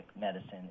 medicine